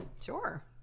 Sure